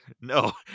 No